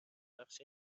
بخش